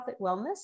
Wellness